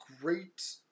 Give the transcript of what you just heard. great